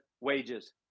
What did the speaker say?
wages